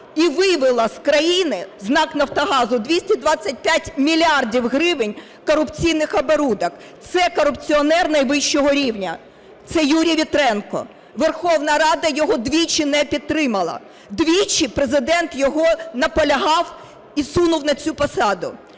і вивела з країни, з НАК "Нафтогазу", 225 мільярдів гривень корупційних оборудок. Це корупціонер найвищого рівня, це Юрій Вітренко. Верховна Рада його двічі не підтримала. Двічі Президент його наполягав і сунув на цю посаду.